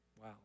Wow